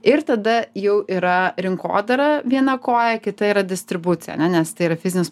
ir tada jau yra rinkodara viena koja kita yra distribucija ane nes tai yra fizinis